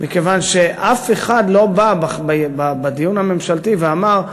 מכיוון שאף אחד לא בא בדיון הממשלתי ואמר: